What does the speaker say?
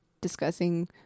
discussing